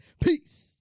Peace